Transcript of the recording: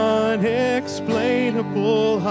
unexplainable